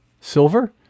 silver